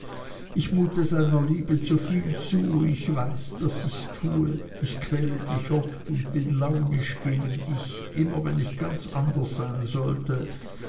ich mute deiner liebe zu viel zu ich weiß daß ichs tue ich quäle dich oft und bin launisch gegen dich immer wenn ich ganz anders sein sollte